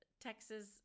texas